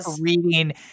reading